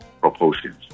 proportions